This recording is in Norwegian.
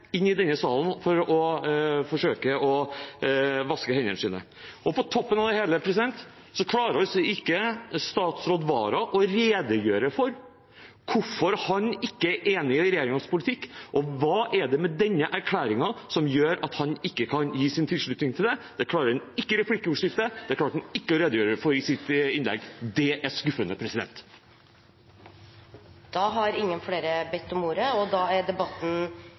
inn i denne salen for å forsøke å vaske hendene sine. På toppen av det hele klarer ikke statsråd Wara å redegjøre for hvorfor han ikke er enig i regjeringens politikk, og hva det er med denne erklæringen som gjør at han ikke kan gi sin tilslutning til den. Det klarte han ikke i replikkordskiftet, det klarte han ikke å redegjøre for i sitt innlegg. Det er skuffende. Flere har ikke bedt om ordet til del 1. Stortinget går over til del 2 av debatten,